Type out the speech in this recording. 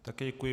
Také děkuji.